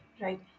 Right